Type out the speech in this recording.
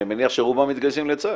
אני מניח שרובם מתגייסים לצה"ל?